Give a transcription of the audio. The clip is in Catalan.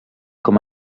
com